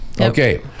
Okay